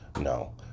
no